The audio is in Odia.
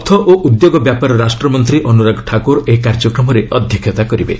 ଅର୍ଥ ଓ ଉଦ୍ୟୋଗ ବ୍ୟାପାର ରାଷ୍ଟ୍ରମନ୍ତ୍ରୀ ଅନୁରାଗ ଠାକୁର ଏହି କାର୍ଯ୍ୟକ୍ରମରେ ଅଧ୍ୟକ୍ଷତା କରିବେ